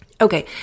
Okay